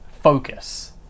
focus